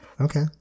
Okay